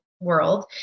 world